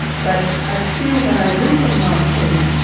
but i still when i look on mount kenya,